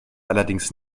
allerdings